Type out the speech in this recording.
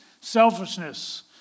selfishness